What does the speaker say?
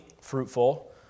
fruitful